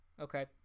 Okay